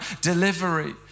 delivery